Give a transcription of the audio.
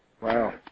Wow